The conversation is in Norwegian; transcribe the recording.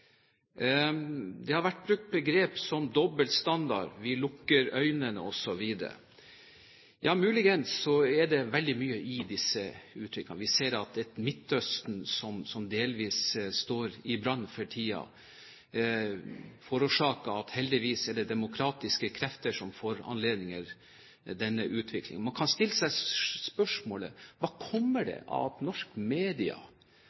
Det har vært brukt begrep som «doble standarder», «vi lukker øynene», osv. Muligens er det veldig mye i disse uttrykkene. Vi ser at et Midtøsten som delvis står i brann for tiden, forårsaker at det – heldigvis – er demokratiske krefter som foranlediger denne utviklingen. Man kan stille seg spørsmålet: Hva kommer det